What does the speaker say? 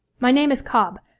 my name is cobb.